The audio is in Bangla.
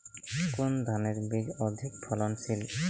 কোন ধানের বীজ অধিক ফলনশীল?